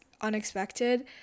unexpected